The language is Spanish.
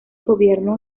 gobierno